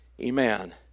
Amen